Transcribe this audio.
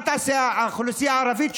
מה תעשה האוכלוסייה הערבית,